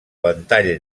ventall